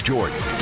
Jordan